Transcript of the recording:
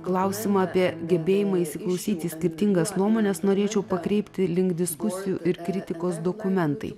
klausimą apie gebėjimą įsiklausyti į skirtingas nuomones norėčiau pakreipti link diskusijų ir kritikos dokumentai